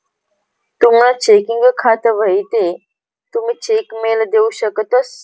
तुमनं चेकिंग खातं व्हयी ते तुमी चेक मेल देऊ शकतंस